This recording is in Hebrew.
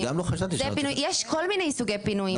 אני גם לא חשבתי --- יש כל מיני סוגי פינויים.